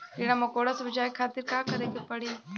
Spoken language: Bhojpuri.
कीड़ा मकोड़ा से बचावे खातिर का करे के पड़ी?